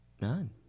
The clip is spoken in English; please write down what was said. None